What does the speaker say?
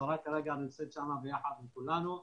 השרה נמצאת כרגע ביחד עם כל הנציגים